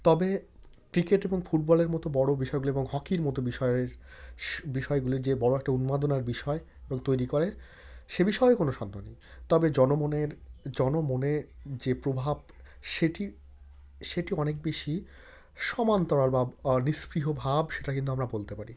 তবে ক্রিকেট এবং ফুটবলের মতো বড় বিষয়গুলো এবং হকির মতো বিষয়ের বিষয়গুলির যে বড় একটা উন্মাদনার বিষয় তৈরি করে সে বিষয়েও কোনো সন্দেহ নেই তবে জনমনের জনমনে যে প্রভাব সেটি সেটি অনেক বেশি সমান্তরাল বা নিঃস্পৃহভাব সেটা কিন্তু আমরা বলতে পারি